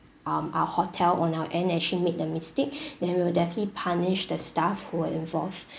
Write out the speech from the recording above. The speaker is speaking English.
um our hotel on our end actually made the mistake then we will definitely punish the staff who were involved